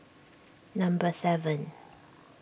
number seven